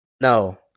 No